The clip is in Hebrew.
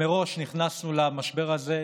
מראש נכנסנו למשבר הזה,